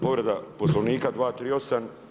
Povreda Poslovnika, 238.